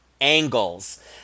angles